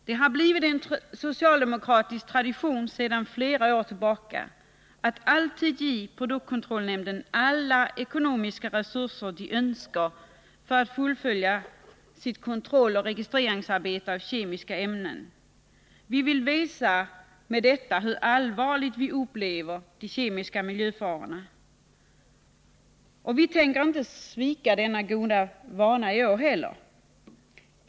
Det har varit en socialdemokratisk tradition sedan flera år att alltid ge produktkontrollnämnden alla ekonomiska resurser som den önskar för att fullfölja sitt kontrolloch registreringsarbete när det gäller kemiska ämnen. Vi vill med detta visa hur allvarligt vi upplever de kemiska miljöfarorna. Denna goda vana tänker vi inte svika i år heller.